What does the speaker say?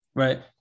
Right